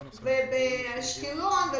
אשקלון,